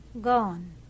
gone